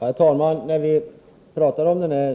Herr talman! När vi talar om